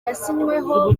yasinyweho